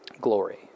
glory